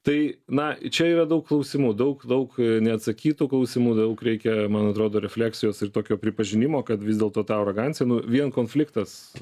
tai na čia yra daug klausimų daug daug neatsakytų klausimų daug reikia man atrodo refleksijos ir tokio pripažinimo kad vis dėlto ta arogancija nu vien konfliktas